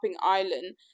island